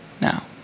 Now